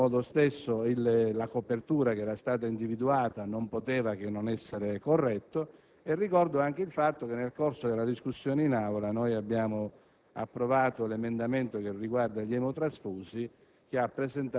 per il modo come era stato votato e per la copertura che era stata individuata, non poteva non essere corretto. Ricordo anche che nel corso della discussione in quest'Aula abbiamo